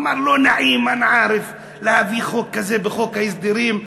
אמר, לא נעים להביא חוק כזה בחוק ההסדרים.